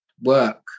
work